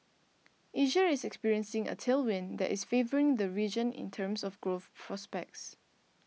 Asia is experiencing a tailwind that is favouring the region in terms of growth prospects